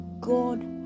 God